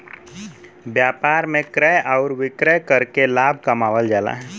व्यापार में क्रय आउर विक्रय करके लाभ कमावल जाला